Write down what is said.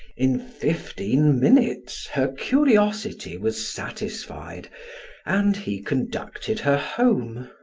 in fifteen minutes her curiosity was satisfied and he conducted her home.